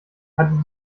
hatte